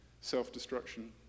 self-destruction